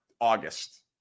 August